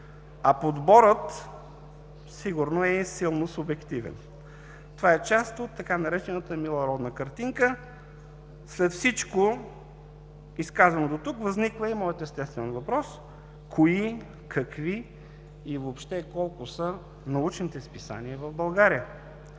а подборът сигурно е и силно субективен. Това е част от така наречената „мила родна картинка“. След всичко изказано дотук възниква и моят естествен въпрос: кои, какви и колко са научните списания в България?